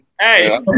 Hey